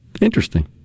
Interesting